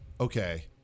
okay